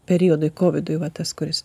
periodui kovidui va tas kuris